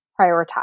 prioritize